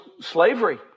slavery